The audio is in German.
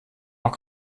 auch